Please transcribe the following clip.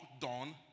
done